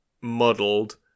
muddled